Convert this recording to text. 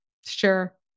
sure